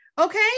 Okay